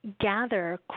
Gather